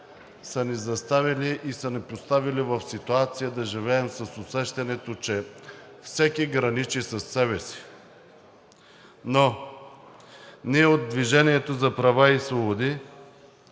са ни заставили и са ни поставили в ситуация да живеем с усещането, че всеки граничи със себе си. Но ние от „Движение за права и свободи“